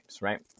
right